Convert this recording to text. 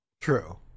True